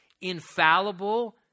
infallible